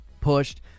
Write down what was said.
pushed